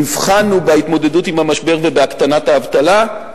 נבחנו בהתמודדות עם המשבר ובהקטנת האבטלה.